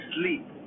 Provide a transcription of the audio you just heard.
sleep